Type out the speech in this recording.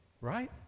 right